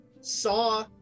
saw